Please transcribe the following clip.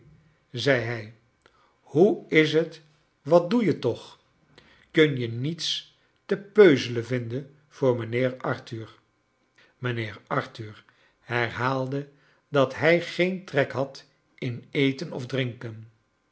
zei hij hoe is t wat doe je toch kun je niets te peuzelen vinden voor mijnheer arthur miinheer arthur herhaalde dat hij geen trek had in eten of drinken